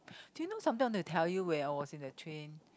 do you know something I want to tell you where I was in the train